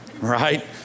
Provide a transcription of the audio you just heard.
Right